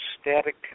static